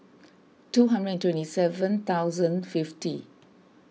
two hundred and twenty seven thousand fifty